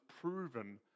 proven